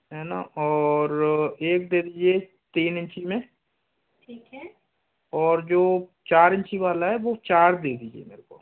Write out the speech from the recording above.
है ना और एक दे दीजिए तीन इंची में और जो चार इंची वाला है वो चार दे दीजिए मुझे